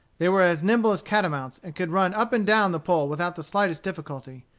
they were as nimble as catamounts, and could run up and down the pole without the slightest difficulty.